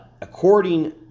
According